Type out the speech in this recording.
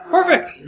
Perfect